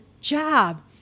job